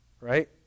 right